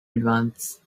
advance